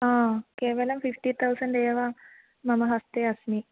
हा केवलं fifty thousand एव मम हस्ते अस्मि